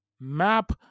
map